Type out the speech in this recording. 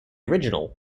original